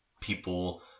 people